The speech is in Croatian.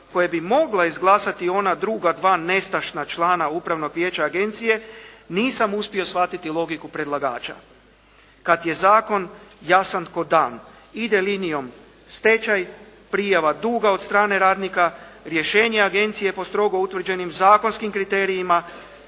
koje bi mogla izglasati ona druga dva nestašna člana upravnog vijeća agencije nisam uspio shvatiti logiku predlagača. Kad je zakon jasan ko dan. Ide linijom stečaj, prijava duga od strane radnika, rješenje agencije po strogo utvrđenim zakonskim kriterijima